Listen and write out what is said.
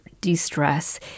de-stress